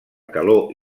calor